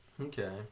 Okay